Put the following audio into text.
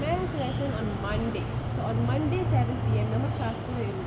maths class on monday so on monday seven P_M நம்ம:namma class குள்ள இருந்தா:kulla irunthaa